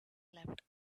left